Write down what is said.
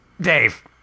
Dave